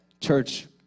Church